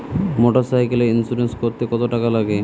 মোটরসাইকেলের ইন্সুরেন্স করতে কত টাকা লাগে?